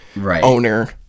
owner